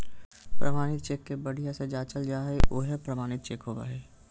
प्रमाणित चेक के बढ़िया से जाँचल जा हइ उहे प्रमाणित चेक होबो हइ